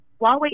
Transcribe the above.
Huawei